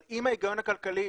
אבל אם ההיגיון הכלכלי